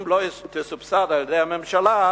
אם לא יסובסד על-ידי הממשלה,